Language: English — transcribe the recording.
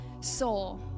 soul